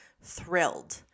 thrilled